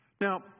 Now